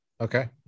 Okay